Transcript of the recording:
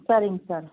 சரிங்க சார்